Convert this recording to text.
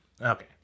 Okay